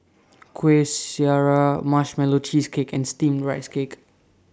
Kuih Syara Marshmallow Cheesecake and Steamed Rice Cake